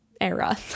era